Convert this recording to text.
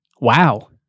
wow